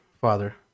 Father